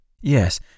Yes